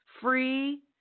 free